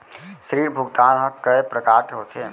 ऋण भुगतान ह कय प्रकार के होथे?